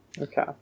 Okay